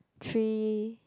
three